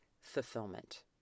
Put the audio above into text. fulfillment